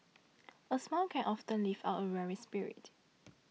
a smile can often lift up a weary spirit